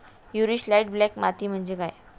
मूरिश light black माती म्हणजे काय?